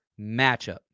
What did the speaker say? matchup